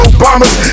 Obamas